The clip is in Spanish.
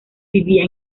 vivía